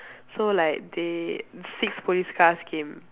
so like they six police cars came